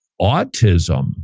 autism